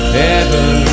heaven